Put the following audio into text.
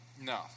No